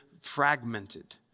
Fragmented